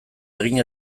egin